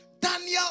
Daniel